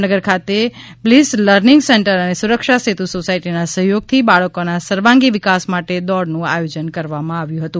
જામનગર ખાતે Bliss Learning Centre અને સુરક્ષા સેતુ સોસાયટીના સહયોગથી બાળકોના સર્વાંગી વિકાસ માટે દોડનું આયોજન કરવામાં આવ્યું હતું